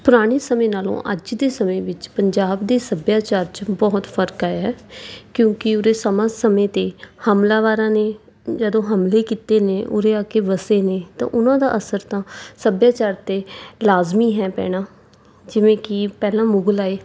ਪੁਰਾਣੇ ਸਮੇਂ ਨਾਲੋਂ ਅੱਜ ਦੇ ਸਮੇਂ ਵਿੱਚ ਪੰਜਾਬ ਦੇ ਸੱਭਿਆਚਾਰ 'ਚ ਬਹੁਤ ਫਰਕ ਆਇਆ ਹੈ ਕਿਉਂਕਿ ਉਰੇ ਸਮਾਂ ਸਮੇਂ 'ਤੇ ਹਮਲਾਵਾਰਾਂ ਨੇ ਜਦੋਂ ਹਮਲੇ ਕੀਤੇ ਨੇ ਉਰੇ ਆ ਕੇ ਵੱਸੇ ਨੇ ਤਾਂ ਉਹਨਾਂ ਦਾ ਅਸਰ ਤਾਂ ਸੱਭਿਆਚਾਰ 'ਤੇ ਲਾਜ਼ਮੀ ਹੈ ਪੈਣਾ ਜਿਵੇਂ ਕਿ ਪਹਿਲਾਂ ਮੁਗਲ ਆਏ